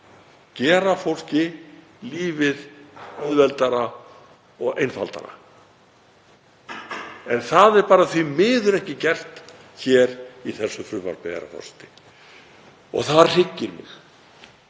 gera fólki lífið auðveldara og einfaldara. En það er bara því miður ekki gert í þessu frumvarpi og það hryggir mig.